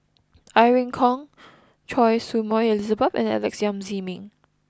Irene Khong Choy Su Moi Elizabeth and Alex Yam Ziming